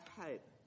hope